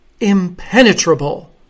impenetrable